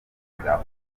bwa